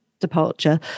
departure